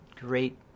great